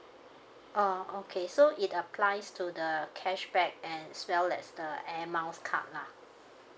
oh okay so it applies to the cashback as well as the air miles card lah